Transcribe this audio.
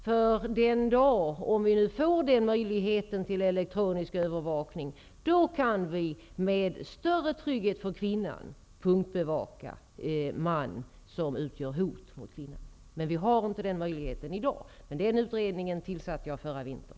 Den dag som vi får möjlighet till elektronisk övervakning -- om vi nu får det -- kan vi med större trygghet för kvinnan punktbevaka man som utgör hot mot kvinna. Den möjligheten finns inte i dag, men en utredning i denna fråga tillsattes förra vintern.